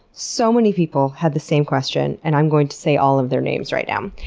so many people had the same question and i'm going to say all of their names right now.